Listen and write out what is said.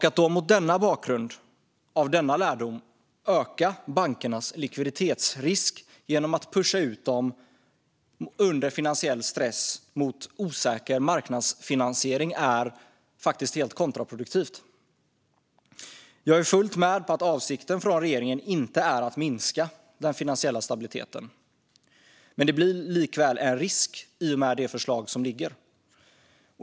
Att mot bakgrund av denna lärdom öka bankernas likviditetsrisk genom att under finansiell stress trycka ut dem mot osäker marknadsfinansiering är helt kontraproduktivt. Jag är helt med på att avsikten från regeringen inte är att minska den finansiella stabiliteten, men detta blir likväl en risk i och med det förslag som ligger.